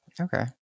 Okay